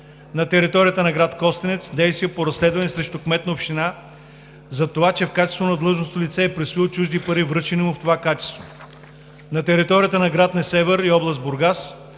на територията на град Костенец – действия по разследване срещу кмета на общината за това, че в качеството си на длъжностно лице е присвоил чужди пари, връчени му в това качество; - на територията на град Несебър и област Бургас